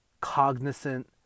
cognizant